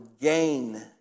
gain